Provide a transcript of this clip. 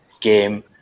game